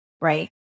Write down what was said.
right